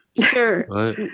sure